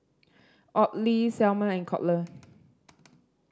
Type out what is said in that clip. Audley Selmer and Colter